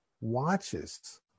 watches